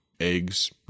eggs